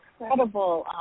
incredible